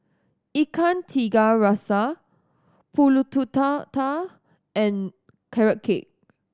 Ikan Tiga Rasa Pulut Tatal and Carrot Cake